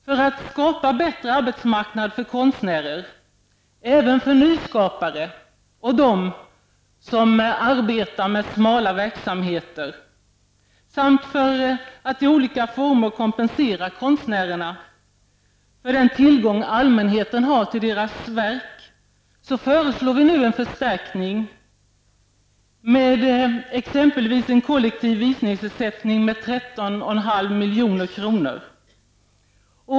För att skapa en bättre arbetsmarknad för konstnärer, även för nyskapare och för dem som arbetar med smala verksamheter, samt för att i olika former kompensera konstnärerna för den tillgång allmänheten har till deras verk föreslår vi nu en förstärkning med exempelvis en kollektiv visningsersättning om 13,5 milj.kr.